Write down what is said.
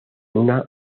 una